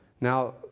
Now